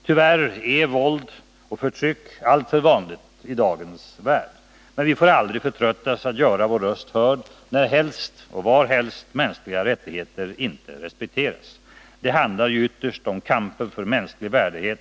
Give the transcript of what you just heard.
Tyvärr är våld och förtryck alltför vanligt i dagens värld. Men vi får aldrig förtröttas att göra vår röst hörd närhelst och varhelst mänskliga rättigheter inte respekteras, Det handlar ju ytterst om kampen för mänsklig värdighet.